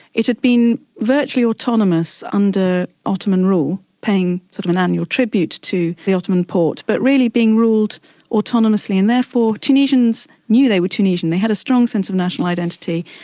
it had been virtually autonomous under ottoman rule, paying sort of an annual tribute to the ottoman porte, but really being ruled autonomously and therefore tunisians knew they were tunisian. they had a strong sense of national identity,